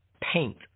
paint